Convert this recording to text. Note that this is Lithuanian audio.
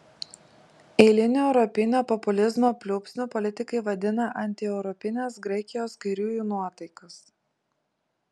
eiliniu europinio populizmo pliūpsniu politikai vadina antieuropines graikijos kairiųjų nuotaikas